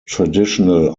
traditional